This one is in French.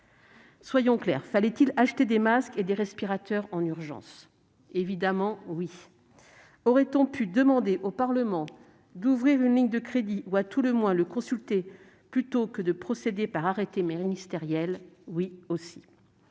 Soyons clairs : fallait-il acheter des masques et des respirateurs en urgence ? Évidemment oui ! Aurait-on pu demander au Parlement d'ouvrir une ligne de crédits ou, à tout le moins, le consulter plutôt que de procéder par arrêté ministériel ? Bien sûr